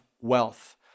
wealth